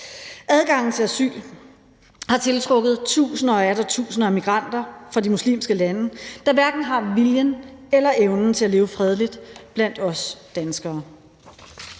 Adgangen til asyl har tiltrukket tusinder og atter tusinder af migranter fra de muslimske lande, og de har hverken viljen eller evnen til at leve fredeligt blandt os danskere.